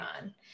on